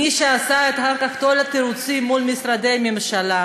מי שעשתה את ההתרוצצויות מול משרדי הממשלה,